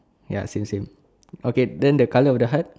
ya same same okay then the colour of the heart